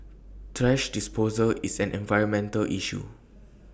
thrash disposal is an environmental issue